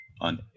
on